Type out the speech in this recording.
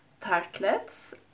tartlets